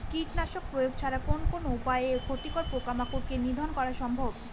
কীটনাশক প্রয়োগ ছাড়া কোন কোন উপায়ে ক্ষতিকর পোকামাকড় কে নিধন করা সম্ভব?